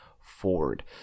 ford